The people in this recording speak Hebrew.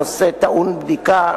הנושא טעון בדיקה,